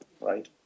right